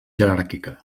jeràrquica